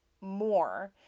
more